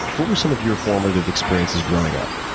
what were some of your formative experiences, growing up?